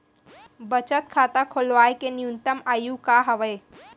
बचत खाता खोलवाय के न्यूनतम आयु का हवे?